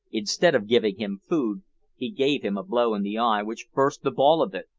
instead of giving him food he gave him a blow in the eye which burst the ball of it,